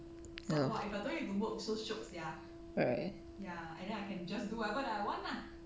ya right